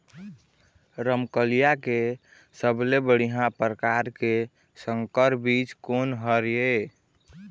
रमकलिया के सबले बढ़िया परकार के संकर बीज कोन हर ये?